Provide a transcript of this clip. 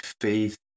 faith